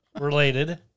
related